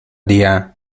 día